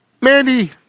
Mandy